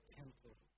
temple